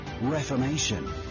reformation